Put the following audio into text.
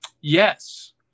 Yes